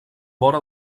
vora